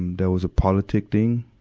and was a politic thing,